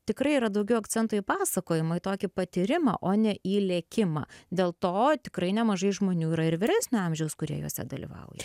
tikrai yra daugiau akcentų į pasakojimą į tokį patyrimą o ne į lėkimą dėl to tikrai nemažai žmonių yra ir vyresnio amžiaus kurie juose dalyvauja